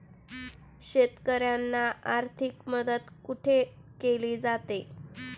शेतकऱ्यांना आर्थिक मदत कुठे केली जाते?